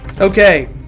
Okay